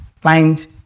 Find